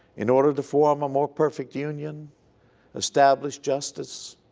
in order to form a more perfect union establish justice,